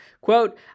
Quote